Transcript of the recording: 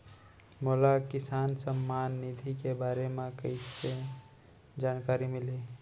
मोला किसान सम्मान निधि के बारे म कइसे जानकारी मिलही?